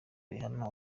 rihana